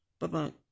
bye-bye